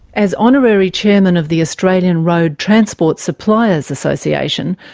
as honorary chairman of the australian road transport suppliers association,